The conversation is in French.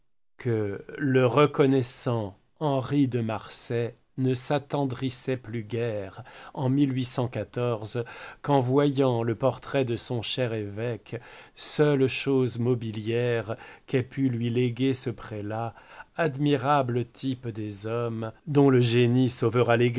que le reconnaissant henri de marsay ne s'attendrissait plus guère en qu'en voyant le portrait de son cher évêque seule chose mobilière qu'ait pu lui léguer ce prélat admirable type des hommes dont le génie